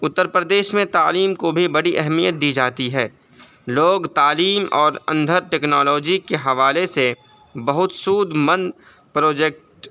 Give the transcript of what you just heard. اترپردیش میں تعلیم کو بھی بڑی اہمیت دی جاتی ہے لوگ تعلیم اور اندھی ٹکنالوجی کے حوالے سے بہت سود مند پروجیکٹ